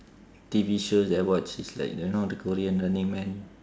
T_V shows that I watch is like you know the korean running man